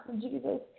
Jesus